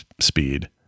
speed